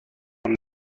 one